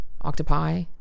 octopi